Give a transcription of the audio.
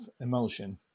emulsion